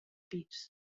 pis